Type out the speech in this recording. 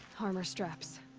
armor straps.